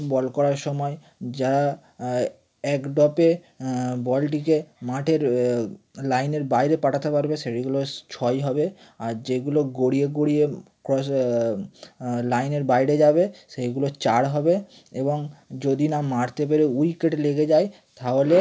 বল করার সময় যারা এক ড্রপে বলটিকে মাঠের লাইনের বাইরে পাঠাতে পারবে সেইগুলো ছয় হবে আর যেইগুলো গড়িয়ে গড়িয়ে ক্রস লাইনের বাইরে যাবে সেইগুলো চার হবে এবং যদি না মারতে পেরে উইকেটে লেগে যায় তাহলে